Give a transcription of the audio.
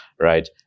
right